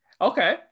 Okay